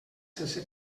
sense